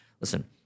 listen